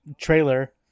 trailer